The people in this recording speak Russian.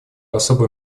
особой